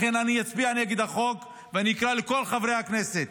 לכן אני אצביע נגד החוק, ואני אקרא לכל חברי הכנסת